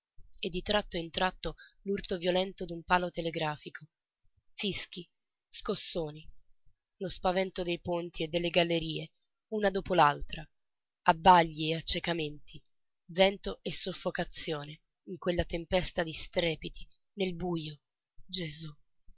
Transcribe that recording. e di tratto in tratto l'urto violento d'un palo telegrafico fischi scossoni lo spavento dei ponti e delle gallerie una dopo l'altra abbagli e accecamenti vento e soffocazione in quella tempesta di strepiti nel bujo gesù